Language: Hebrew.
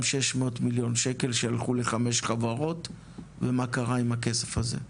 600 מיליון שקל שהלכו ל-5 חברות ומה קרה עם הכסף הזה.